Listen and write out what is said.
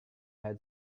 had